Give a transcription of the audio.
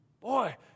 Boy